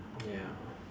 ya